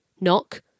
Knock